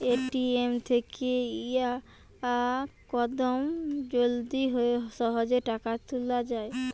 ATM থেকে ইয়াকদম জলদি সহজে টাকা তুলে যায়